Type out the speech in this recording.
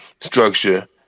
structure